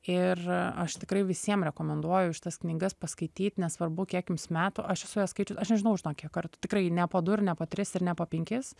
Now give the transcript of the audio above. ir aš tikrai visiem rekomenduoju šitas knygas paskaityt nesvarbu kiek jums metų aš esu ją skaičius aš nežinau žinok kiek kartų tikrai ne po du ir ne po tris ir ne po penkis